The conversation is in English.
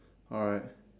alright